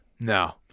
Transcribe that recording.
no